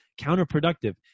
counterproductive